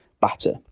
batter